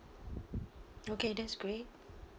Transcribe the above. okay that's great